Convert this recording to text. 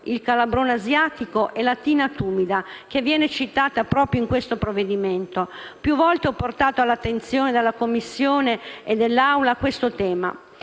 il calabrone asiatico e l'aethina tumida, che viene citata proprio in questo provvedimento. Più volte ho portato all'attenzione della Commissione e dell'Assemblea questo tema.